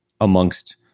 amongst